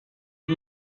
die